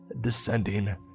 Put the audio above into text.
descending